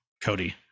Cody